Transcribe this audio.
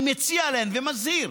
אני מציע להם ומזהיר